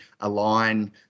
align